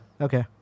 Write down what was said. Okay